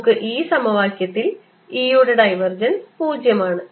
നമുക്ക് ഈ സമവാക്യത്തിൽ E യുടെ ഡൈവർജൻസ് 0 ആണ്